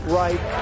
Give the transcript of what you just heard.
right